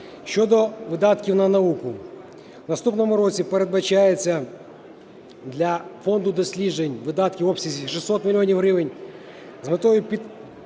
Щодо видатків на науку. В наступному році передбачається для фонду досліджень видатки в обсязі 600 мільйонів